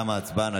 תמה ההצבעה.